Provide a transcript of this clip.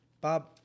Bob